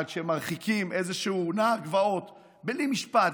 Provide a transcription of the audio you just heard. עד שמרחיקים איזשהו נער גבעות בלי משפט,